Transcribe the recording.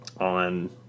on